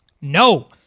no